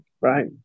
right